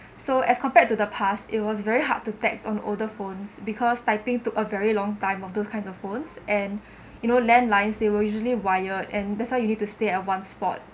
so as compared to the past it was very hard to text on older phones because typing took a very long time on those kinds of phones and you know landlines they will usually wire and that's why you need to stay at one spot